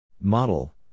Model